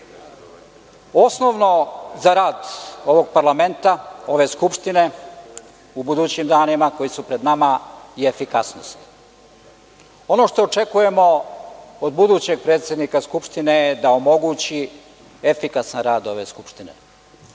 Osnovno za rad ovog parlamenta, ove Skupštine u budućim danima koji su pred nama je efikasnost. Ono što očekujemo od budućeg predsednika Skupštine jeste da omogući efikasan rad ove Skupštine. Poštovani